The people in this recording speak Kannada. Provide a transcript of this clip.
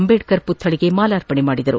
ಅಂಬೇಡ್ತರ್ ಮತ್ತಳಿಗೆ ಮಾಲಾರ್ಪಣೆ ಮಾಡಿದರು